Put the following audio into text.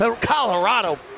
Colorado